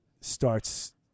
starts